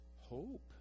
hope